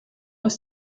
ist